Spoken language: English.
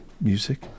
music